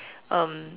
um